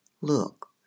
Look